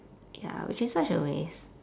ya which is such a waste